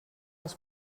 els